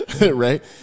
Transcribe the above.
Right